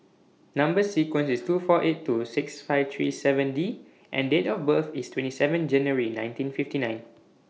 Number sequence IS T four eight two six five three seven D and Date of birth IS twenty even January nineteen fifty nine